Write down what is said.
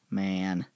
man